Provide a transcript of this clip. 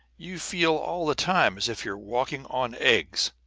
you feel all the time as if you were walking on eggs.